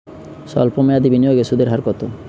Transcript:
সল্প মেয়াদি বিনিয়োগে সুদের হার কত?